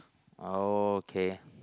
oh okay